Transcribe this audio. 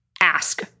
ask